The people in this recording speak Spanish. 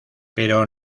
pero